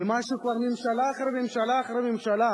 יש משהו שכבר ממשלה אחרי ממשלה אחרי ממשלה,